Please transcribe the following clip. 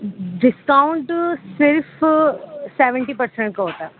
discount صرف seventy percent کا ہوتا ہے